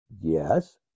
Yes